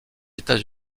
états